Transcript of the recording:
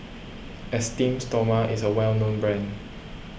Esteem Stoma is a well known brand